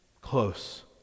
Close